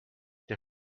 der